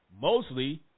mostly